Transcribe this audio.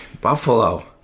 Buffalo